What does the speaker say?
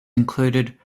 include